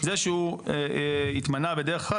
זה שהוא התמנה בדרך אחת, זו טענה.